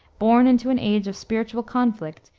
born into an age of spiritual conflict,